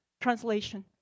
Translation